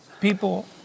people